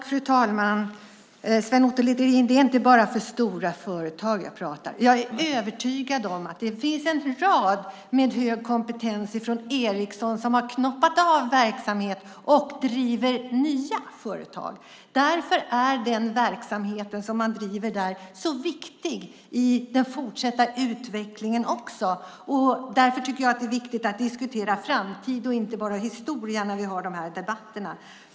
Fru talman! Jag pratar inte bara för stora företag, Sven Otto Littorin. Jag är övertygad om att det finns många med hög kompetens från Ericsson som har knoppat av verksamhet och driver nya företag. Därför är den verksamhet som drivs där så viktig i den fortsatta utvecklingen också. Därför tycker jag att det är viktigt att diskutera framtid och inte bara historia i dessa debatter.